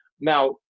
Now